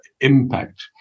impact